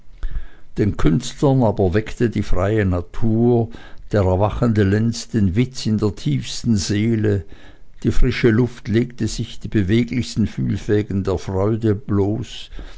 den künstlern aber weckte die freie natur der erwachende lenz den witz in der tiefsten seele die frische luft legte die beweglichsten fühlfäden der freude bloß